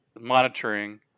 monitoring